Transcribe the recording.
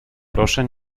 proszę